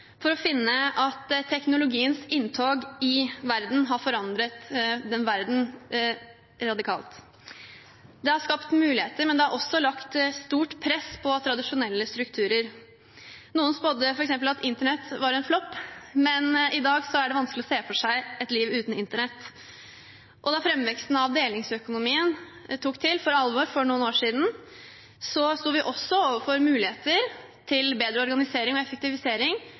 for å finne at teknologiens inntog har forandret verden radikalt. Det har skapt muligheter, men det har også lagt stort press på tradisjonelle strukturer. Noen spådde f.eks. at internett var en flopp, men i dag er det vanskelig å se for seg et liv uten internett. Da framveksten av delingsøkonomien tok til for alvor for noen år siden, sto vi også overfor muligheter til bedre organisering og effektivisering,